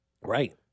Right